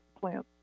plants